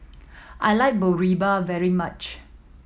I like Boribap very much